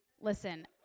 Listen